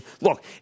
Look